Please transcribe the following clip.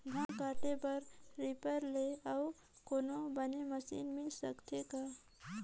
धान काटे बर रीपर ले अउ कोनो बने मशीन मिल सकथे का?